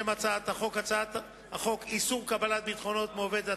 שם הצעת החוק: הצעת חוק איסור קבלת ביטחונות מעובד,